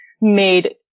made